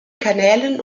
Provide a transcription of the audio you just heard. kanälen